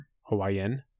Hawaiian